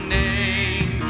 name